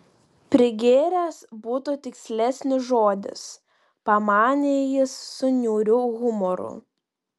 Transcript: prigėręs būtų tikslesnis žodis pamanė jis su niūriu humoru